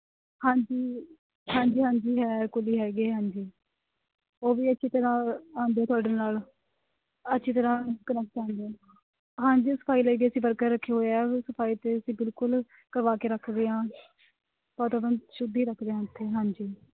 ਹਾਂਜੀ ਹਾਂਜੀ ਹਾਂਜੀ ਹੈ ਕੁਲੀ ਹੈ ਹਾਂਜੀ ਉਹ ਵੀ ਅੱਛੀ ਤਰ੍ਹਾਂ ਆਉਂਦੇ ਤੁਹਾਡੇ ਨਾਲ ਅੱਛੀ ਤਰ੍ਹਾਂ ਹਾਂਜੀ ਸਫ਼ਾਈ ਲਈ ਵੀ ਅਸੀਂ ਵਰਕਰ ਰੱਖੇ ਹੋਏ ਹੈ ਸਫ਼ਾਈ ਤਾਂ ਅਸੀਂ ਬਿਲਕੁਲ ਕਰਵਾ ਕੇ ਰੱਖਦੇ ਆ ਜ਼ਿਆਦਾ ਤਾਂ ਸ਼ੁੱਧ ਹੀ ਰੱਖਦੇ ਹਾਂ ਇੱਥੇ ਹਾਂਜੀ